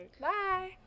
Bye